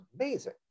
amazing